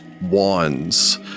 wands